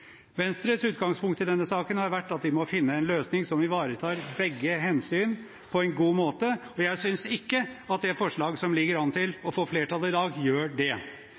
Venstres utgangspunkt i denne saken har vært at vi må finne en løsning som ivaretar begge hensyn på en god måte, og jeg synes ikke at det forslag som ligger an til å få flertall i dag, gjør det.